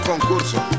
concurso